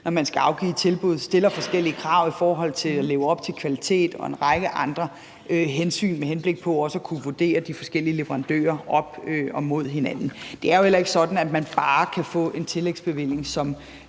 at der skal afgives tilbud, stiller forskellige krav i forhold til at leve op til kvalitet og en række andre hensyn med henblik på også at kunne vurdere de forskellige leverandører op mod hinanden. Det er jo heller ikke sådan, at man bare kan få en tillægsbevilling, som